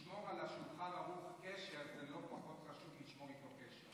לשמור עם שולחן ערוך קשר זה לא פחות חשוב מלשמור איתו קשר.